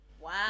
Wow